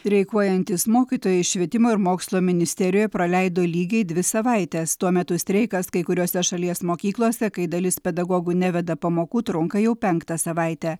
treikuojantys mokytojai švietimo ir mokslo ministerijoj praleido lygiai dvi savaites tuo metu streikas kai kuriose šalies mokyklose kai dalis pedagogų neveda pamokų trunka jau penktą savaitę